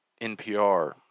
NPR